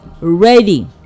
ready